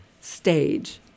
stage